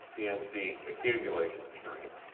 in the accumulation of strength,